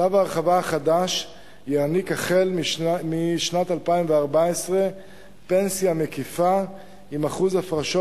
צו ההרחבה החדש יעניק החל משנת 2014 פנסיה מקיפה עם אחוז הפרשות